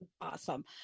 awesome